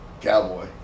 cowboy